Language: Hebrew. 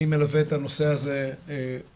אני מלווה את הנושא הזה מאז,